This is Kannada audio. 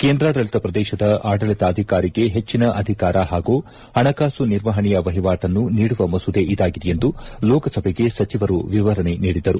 ಕೇಂದ್ರಾಡಳಿತ ಪ್ರದೇಶದ ಆಡಳಿತಾಧಿಕಾರಿಗೆ ಹೆಚ್ಚನ ಅಧಿಕಾರ ಹಾಗೂ ಹಣಕಾಸು ನಿರ್ವಹಣೆಯ ವಹಿವಾಟುವನ್ನು ನೀಡುವ ಮಸೂದೆ ಇದಾಗಿದೆ ಎಂದು ಲೋಕಸಭೆಗೆ ಸಚಿವರು ವಿವರಣೆ ನೀಡಿದರು